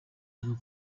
tigo